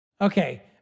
Okay